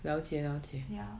ya